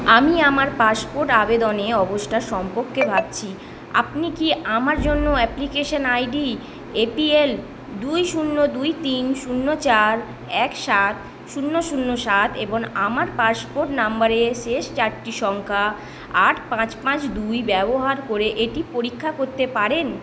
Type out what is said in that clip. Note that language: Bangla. আমি আমার পাসপোর্ট আবেদনে অবস্থা সম্পর্কে ভাবছি আপনি কি আমার জন্য অ্যাপ্লিকেশন আইডি এপিএল দুই শূন্য দুই তিন শূন্য চার এক সাত শূন্য শূন্য সাত এবং আমার পাসপোর্ট নাম্বারের শেষ চারটি সংখ্যা আট পাঁচ পাঁচ দুই ব্যবহার করে এটি পরীক্ষা করতে পারেন